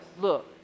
Look